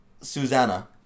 Susanna